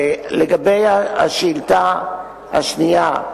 לגבי השאילתא השנייה,